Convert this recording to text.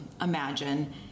Imagine